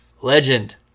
Legend